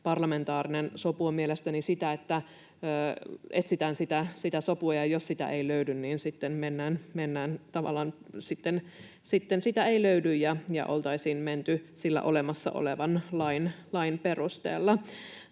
Parlamentaarinen sopu on mielestäni sitä, että etsitään sitä sopua ja jos sitä ei löydy, niin sitten sitä ei löydy ja oltaisiin menty olemassa olevan lain perusteella.